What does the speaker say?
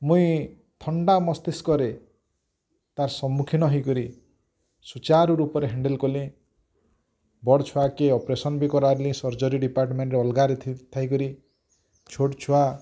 ମୁଇଁ ଥଣ୍ଡା ମସ୍ତିଷ୍କରେ ତାର୍ ସମ୍ମୁଖୀନ ହେଇକରି ସୁଚାରୁରୂପେ ହ୍ୟାଣ୍ଡେଲ କଲି ବଡ଼୍ ଛୁଆକେ ଅପରେସନ୍ ବି କରାଲି ସର୍ଜରୀ ଡିପାର୍ଟମେଣ୍ଟ ଅଲଗାରେ ଥାଇ କରି ଛୋଟ୍ ଛୁଆ